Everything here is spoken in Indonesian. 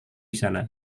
sana